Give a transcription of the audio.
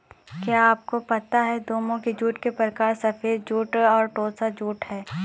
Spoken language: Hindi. क्या आपको पता है दो मुख्य जूट के प्रकार सफ़ेद जूट और टोसा जूट है